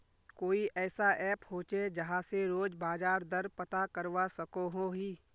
कोई ऐसा ऐप होचे जहा से रोज बाजार दर पता करवा सकोहो ही?